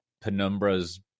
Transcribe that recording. penumbra's